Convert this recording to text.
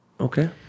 Okay